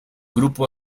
grupo